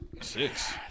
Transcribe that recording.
Six